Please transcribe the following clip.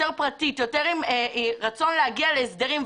עם רצון להגיע להסדרים,